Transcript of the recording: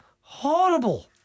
Horrible